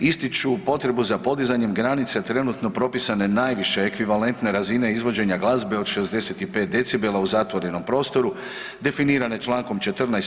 Ističu potrebu za podizanjem granica trenutno propisane najviše ekvivalentne razine izvođenja glazbe od 65 dB u zatvorenom prostoru, definirane čl. 14.